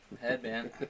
headband